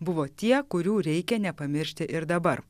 buvo tie kurių reikia nepamiršti ir dabar